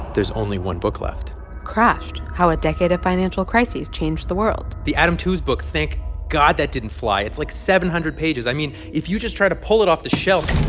there's only one book left crashed how a decade of financial crises changed the world. the adam tooze book, thank god that didn't fly. it's, like, seven hundred pages. i mean, if you just try to pull it off the shelf.